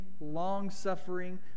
long-suffering